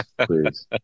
please